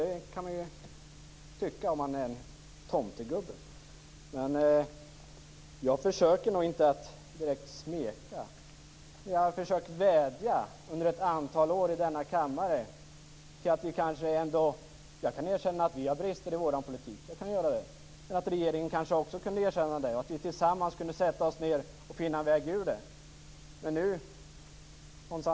Det kan man ju göra om man är en tomtegubbe. Jag försöker nog inte direkt att smeka, men jag har under ett antal år i denna kammare försökt vädja. Jag kan erkänna att vi har brister i vår politik. Då kanske också regeringen skulle kunna erkänna sina brister, så att vi tillsammans kunde sätta oss ned och finna en väg ur det.